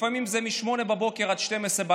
לפעמים זה מ-8:00 עד 24:00,